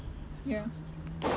ya